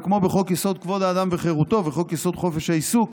וכמו בחוק-יסוד: כבוד האדם וחירותו וחוק-יסוד: חופש העיסוק,